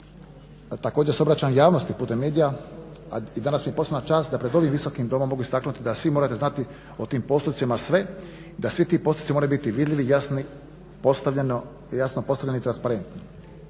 također se obraćam javnosti putem medija i danas mi je posebna čast da pred ovim Visokim domom mogu istaknuti da svi morate znati o tim postupcima sve, da svi ti postupci moraju biti vidljivi, jasno postavljeni i transparentni.